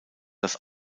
das